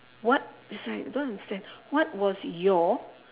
what eh sorry I don't understand what was your